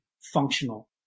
functional